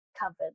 covered